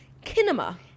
Kinema